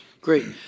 Great